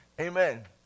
amen